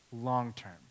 long-term